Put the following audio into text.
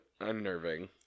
unnerving